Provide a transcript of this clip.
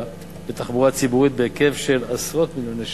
לתחבורה הציבורית בהיקף של עשרות מיליוני שקלים.